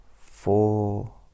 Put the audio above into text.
Four